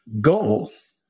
Goals